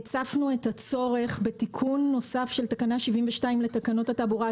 הצפנו את הצורך בתיקון נוסף של תקנה 72 לתקנות התעבורה,